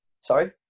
Sorry